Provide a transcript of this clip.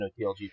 NOTLG